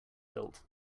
built